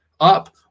up